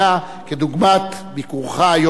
כדוגמת ביקורך היום כאן,